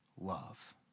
love